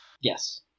Yes